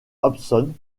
hobson